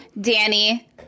Danny